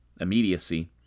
Immediacy